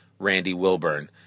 randywilburn